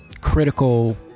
critical